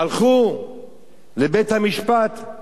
הלכו לבית-המשפט.